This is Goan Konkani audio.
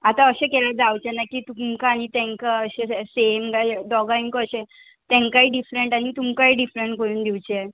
आतां अशें केल्यार जावचें ना की तुमकां आनी तांकां अशें सेम काय दोगांक अशें तांकांय डिफरंट आनी तुमकांय डिफरंट करून दिवचें